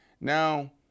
Now